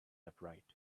upright